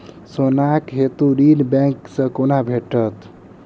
सोनाक हेतु ऋण बैंक सँ केना भेटत?